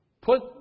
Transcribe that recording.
Put